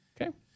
Okay